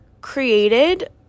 created